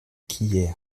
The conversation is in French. qu’hier